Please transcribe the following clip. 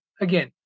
again